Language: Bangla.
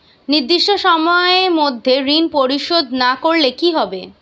নির্দিষ্ট সময়ে মধ্যে ঋণ পরিশোধ না করলে কি হবে?